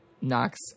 Knocks